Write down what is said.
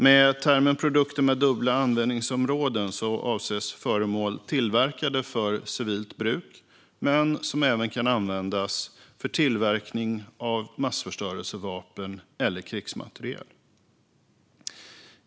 Med termen "produkter med dubbla användningsområden" avses föremål som är tillverkade för civilt bruk men som även kan användas för tillverkning av massförstörelsevapen eller krigsmateriel.